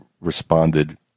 responded